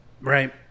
Right